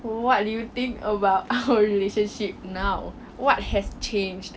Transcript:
what do you think about our relationship now what has changed